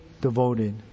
devoted